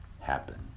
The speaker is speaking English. happen